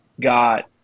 got